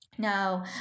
Now